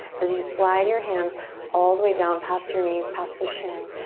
as you slide your hands all the way down past your knees, past the shins,